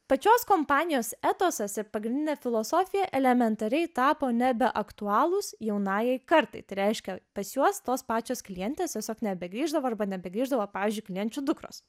pačios kompanijos etosas ir pagrindinė filosofija elementariai tapo nebeaktualūs jaunajai kartai tai reiškia pas juos tos pačios klientės tiesiog nebegrįždavo arba nebegrįždavo pavyzdžiui klienčių dukros